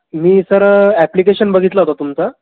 मी sir application बघितलं होतं तुमचं